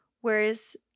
Whereas